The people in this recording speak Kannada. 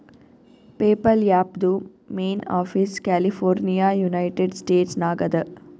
ಪೇಪಲ್ ಆ್ಯಪ್ದು main office California United States ನಾಗ್ ಅದಾ